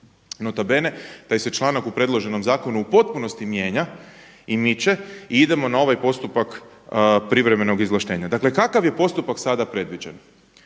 nota bene, taj se članak u predloženom zakonu u potpunosti mijenja i miče i idemo na ovaj postupak privremenog izvlaštenja. Dakle kakav je postupak sada predviđen?